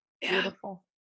beautiful